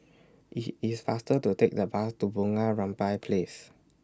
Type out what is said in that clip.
IT IS faster to Take The Bus to Bunga Rampai Place